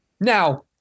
now